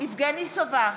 יבגני סובה,